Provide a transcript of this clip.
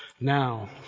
Now